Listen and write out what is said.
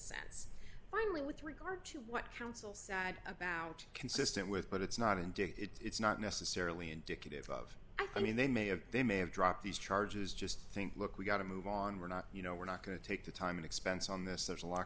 sense finally with regard to what counsel sad about consistent with but it's not in dick it's not necessarily indicative of i mean they may have they may have dropped these charges just think look we've got to move on we're not you know we're not going to take the time and expense on this there's a lot